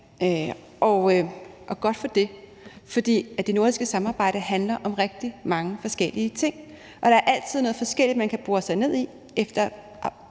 og godt for det. For det nordiske samarbejde handler om rigtig mange forskellige ting, og der er altid noget forskelligt, man kan bore sig ned i, alt